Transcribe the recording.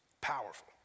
powerful